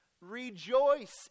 Rejoice